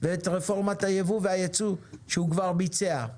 ואת רפורמת הייבוא והייצוא שהוא כבר ביצע.